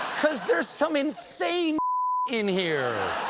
because there is some insane in here.